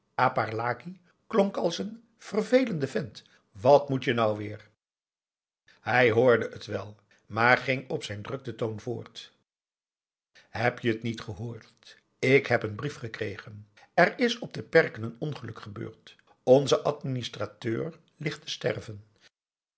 klonk als een vervelende vent wat mot je nou weer hij hoorde het wel maar ging op zijn druktetoon voort heb-je t niet gehoord ik heb een brief gekregen er is op de perken een ongeluk gebeurd onze administrateur ligt te sterven